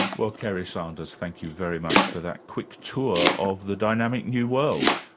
well kerry sanders, thank you very much for that quick tour of the dynamic new world.